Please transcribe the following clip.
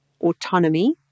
autonomy